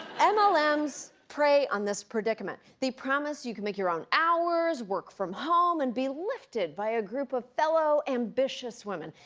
um ah mlms prey on this predicament. they promise you can make your own hours, work from home, and be lifted by a group of fellow ambitious women.